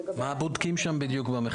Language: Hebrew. מה בדיוק בודקים במחקר?